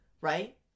Right